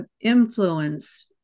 influence